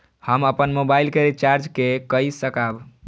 हम अपन मोबाइल के रिचार्ज के कई सकाब?